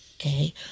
Okay